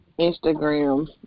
Instagram